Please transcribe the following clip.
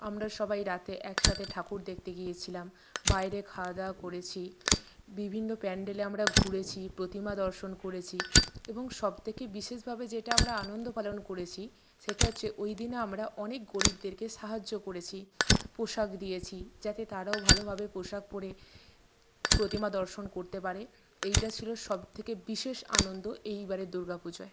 আমরা সবাই রাতে একসাথে ঠাকুর দেখতে গিয়েছিলাম বাইরে খাওয়া দাওয়া করেছি বিভিন্ন প্যান্ডেলে আমরা ঘুরেছি প্রতিমা দর্শন করেছি এবং সব থেকে বিশেষভাবে যেটা আমরা আনন্দ পালন করেছি সেটা হচ্ছে ওই দিনে আমরা অনেক গরীবদেরকে সাহায্য করেছি পোশাক দিয়েছি যাতে তারাও ভালোভাবে পোশাক পড়ে প্রতিমা দর্শন করতে পারে এইটা ছিলো সব থেকে বিশেষ আনন্দ এইবারের দুর্গা পূজায়